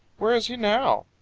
where is he now?